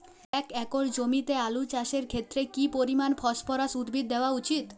এক একর জমিতে আলু চাষের ক্ষেত্রে কি পরিমাণ ফসফরাস উদ্ভিদ দেওয়া উচিৎ?